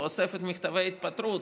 הוא אוסף את מכתבי ההתפטרות.